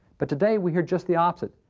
but today we hear just the opposite.